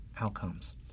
outcomes